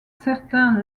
certains